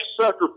sucker